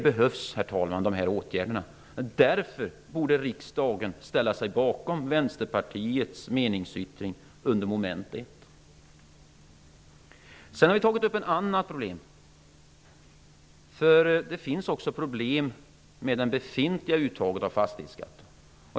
Herr talman! Dessa åtgärder behövs. Därför borde riksdagen ställa sig bakom Vänsterpartiets meningsyttring under moment 1. Vi har också tagit upp ett annat problem. Det finns problem med det befintliga uttaget av fastighetsskatt.